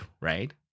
Right